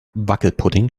wackelpudding